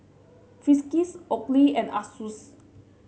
Friskies Oakley and Asus